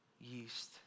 yeast